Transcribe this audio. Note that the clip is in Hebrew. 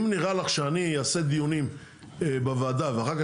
אם נראה לך שאני אעשה דיונים בוועדה ואחר כך